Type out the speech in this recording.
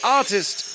artist